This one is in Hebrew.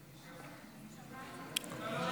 הצעת חוק כליאתם של לוחמים בלתי חוקיים (תיקון מס'